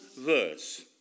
verse